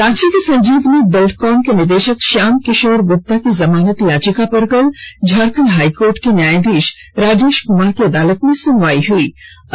रांची के संजीवनी बिल्डकॉन के निदेशक श्याम किशोर गुप्ता की जमानत याचिका पर कल झारखंड हाई कोर्ट के न्यायाधीश राजेश कुमार की अदालत में सुनवाई हुईे